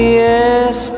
yes